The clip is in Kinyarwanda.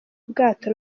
ubwato